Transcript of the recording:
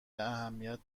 اهمیت